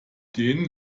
den